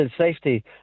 safety